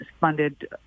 funded